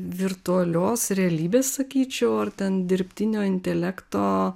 virtualios realybės sakyčiau ar ten dirbtinio intelekto